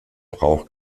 brauch